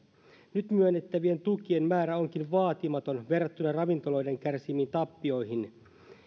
nyt myönnettävien tukien määrä onkin vaatimaton verrattuna ravintoloiden kärsimiin tappioihin myös